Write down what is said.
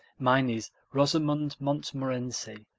mine is rosamond montmorency.